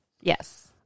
Yes